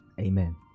Amen